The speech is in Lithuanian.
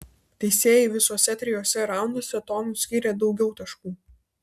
teisėjai visuose trijuose raunduose tomui skyrė daugiau taškų